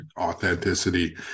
authenticity